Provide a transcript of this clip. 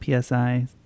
PSI